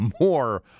More